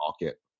market